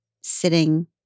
sitting